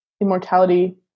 immortality